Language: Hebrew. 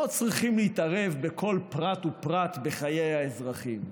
לא צריכים להתערב בכל פרט ופרט בחיי האזרחים.